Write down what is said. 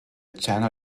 channel